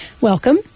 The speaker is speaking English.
Welcome